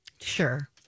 Sure